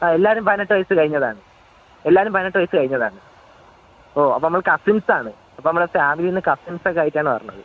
ആ എല്ലാവരും പതിനെട്ട് വയസ്സ് കഴിഞ്ഞതാണ് എല്ലാവരും പതിനെട്ട് വയസ് കഴിഞ്ഞതാണ് ഓ അപ്പോൾ നമ്മൾ കസിൻസാണ് അപ്പോൾ നമ്മൾ ഫാമിലിയിലെ കസിൻസൊക്കെ ആയിട്ടാണ് വരുന്നത്